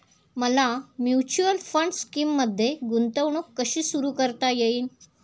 मला mutual fund स्कीममध्ये गुंतवणूक कशी सुरू करता येईल?